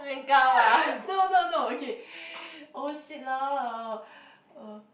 no no no okay oh shit lah